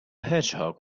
hedgehog